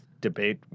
debate